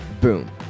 boom